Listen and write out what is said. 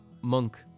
Monk